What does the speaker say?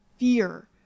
fear